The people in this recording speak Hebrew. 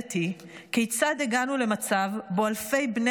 המהדהדת היא כיצד הגענו למצב שבו אלפי בני